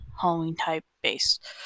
Halloween-type-based